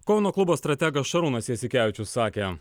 kauno klubo strategas šarūnas jasikevičius sakė